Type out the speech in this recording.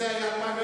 יש פה בעיות,